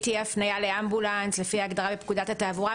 תהיה הפנייה לאמבולנס לפי הגדרת פקודת התעבורה,